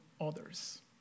others